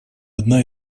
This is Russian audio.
одна